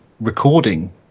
recording